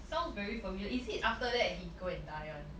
sounds very familiar is it after that he go and die [one]